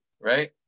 right